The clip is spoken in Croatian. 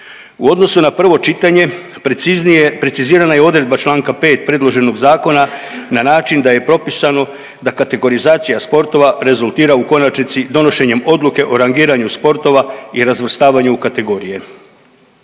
U odnosu na prvo čitanje preciznije je precizirana i odredba Članka 5. predloženog zakona na način da je propisano da kategorizacija sportova rezultira u konačnici donošenjem odluke o rangiranju sportova i razvrstavanju u kategorije.